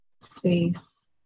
space